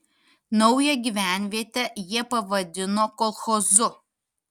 naują gyvenvietę jie pavadino kolchozu